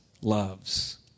loves